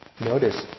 notice